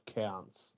counts